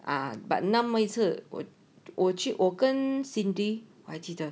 ah but 那么一次我我去我跟 cindy 还记得